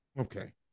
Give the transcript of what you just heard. Okay